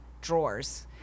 drawers